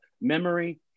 memory